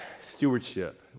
Stewardship